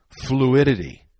fluidity